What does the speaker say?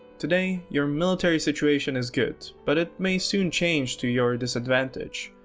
today, your military situation is good, but it may soon change to your disadvantage.